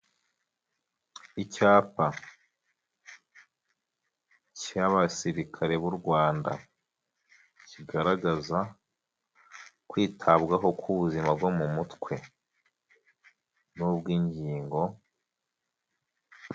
Icyapa cy'abasirikare b'Urwanda, kigaragaza kwitabwaho k'ubuzima bwo mu mutwe n'ubw'ingingo.